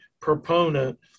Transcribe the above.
proponent